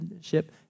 ship